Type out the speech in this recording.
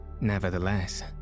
Nevertheless